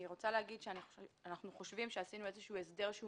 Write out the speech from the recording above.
אני רוצה לומר שאנחנו חושבים שעשינו איזשהו הסדר שהוא